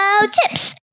Tips